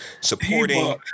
supporting